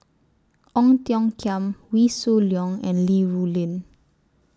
Ong Tiong Khiam Wee Shoo Leong and Li Rulin